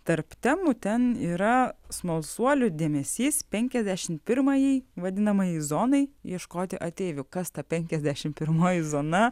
tarp temų ten yra smalsuolių dėmesys penkiasdešimt pirmajai vadinamajai zonai ieškoti ateivių kas ta penkiasdešimt pirmoji zona